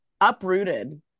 Uprooted